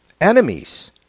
enemies